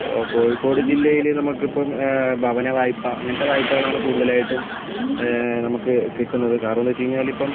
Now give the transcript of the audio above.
ഇപ്പോൾ കോഴിക്കോട് ജില്ലയിൽ നമുക്ക് ഇപ്പം ഭവന വായ്പ അങ്ങനത്തെ വായ്പകളാണ് കൂടുതലായിട്ടും നമുക്ക് കിട്ടുന്നത് കാരണം എന്ന് വെച്ച് കഴിഞ്ഞാൽ ഇപ്പം